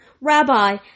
Rabbi